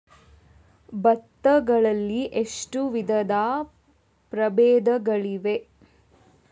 ಭತ್ತ ಗಳಲ್ಲಿ ಎಷ್ಟು ವಿಧದ ಪ್ರಬೇಧಗಳಿವೆ?